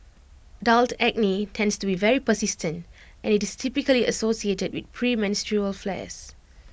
adult acne tends to be very persistent and IT is typically associated with premenstrual flares